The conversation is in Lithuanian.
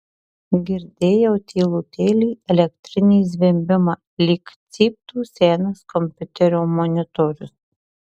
girdėjau tylutėlį elektrinį zvimbimą lyg cyptų senas kompiuterio monitorius